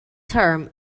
term